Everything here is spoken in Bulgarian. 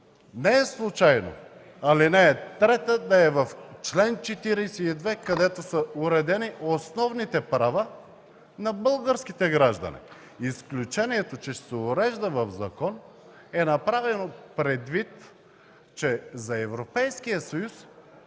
Не е случайно ал. 3 да е в чл. 42, където са уредени основните права на българските граждани. Изключението, че ще се урежда в закон, е направено предвид, че за Европейския съюз